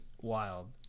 wild